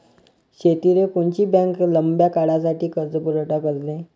शेतीले कोनची बँक लंब्या काळासाठी कर्जपुरवठा करते?